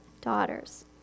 Daughters